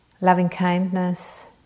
loving-kindness